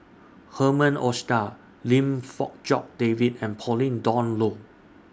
Herman Hochstadt Lim Fong Jock David and Pauline Dawn Loh